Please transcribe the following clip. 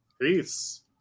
Peace